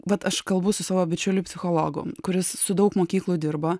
vat aš kalbu su savo bičiuliu psichologu kuris su daug mokyklų dirba